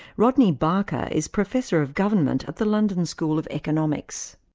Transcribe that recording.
rodney barker is professor of government at the london school of economics.